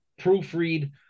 proofread